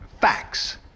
Facts